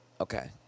Okay